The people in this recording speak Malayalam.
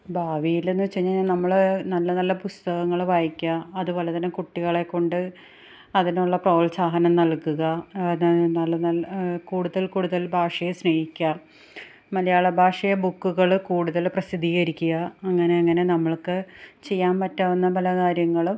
ഭാവിയിൽ എന്ന് വെച്ച് കഴിഞ്ഞാൽ നമ്മൾ നല്ല നല്ല പുസ്തകങ്ങൾ വായിക്കുക അതുപോലെ തന്നെ കുട്ടികളെ കൊണ്ട് അതിനുള്ള പ്രോത്സാഹനം നൽകുക നല്ല നല്ല കൂടുതൽ കൂടുതൽ ഭാഷയെ സ്നേഹിക്കുക മലയാള ഭാഷയെ ബുക്കുകൾ കൂടുതൽ പ്രസിദ്ധീകരിക്കുക അങ്ങനെ അങ്ങനെ നമുക്ക് ചെയ്യാൻ പറ്റാവുന്ന പല കാര്യങ്ങളും